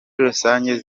rusange